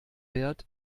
wert